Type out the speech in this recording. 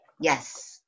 Yes